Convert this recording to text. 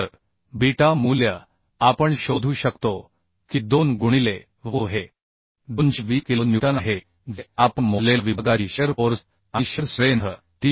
तर बीटा मूल्य आपण शोधू शकतो की 2 गुणिले v u हे 220 किलो न्यूटन आहे जे आपण मोजलेल्या विभागाची शिअर फोर्स आणि शिअर स्ट्रेंथ 339